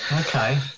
Okay